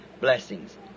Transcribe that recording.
blessings